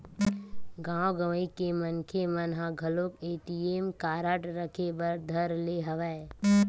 गाँव गंवई के मनखे मन ह घलोक ए.टी.एम कारड रखे बर धर ले हवय